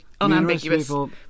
unambiguous